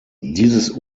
dieses